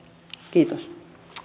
kiitos